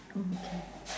oh okay